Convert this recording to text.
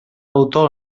autor